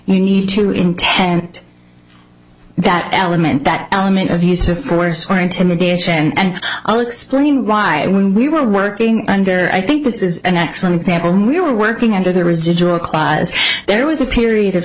you need to intent that element that element of use of force or intimidation and i'll explain why when we were working under i think this is an excellent example we were working under the residual there was a period of